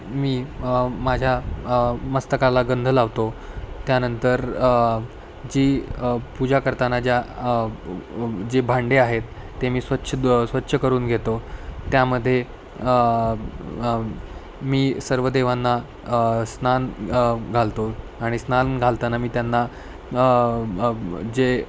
मी माझ्या मस्तकाला गंंध लावतो त्यानंतर जी पूजा करताना ज्या जे भांडे आहेत ते मी स्वच्छ द स्वच्छ करून घेतो त्यामध्ये मी सर्व देवांना स्नान घालतो आणि स्नान घालताना मी त्यांना जे